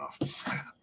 enough